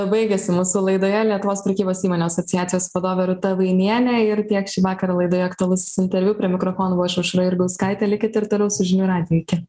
baigėsi mūsų laidoje lietuvos prekybos įmonių asociacijos vadovė rūta vainienė ir tiek šį vakarą laidoje aktualusis interviu prie mikrofono buvau aš aušra jurgauskaitė likit ir toliau su žinių radiju iki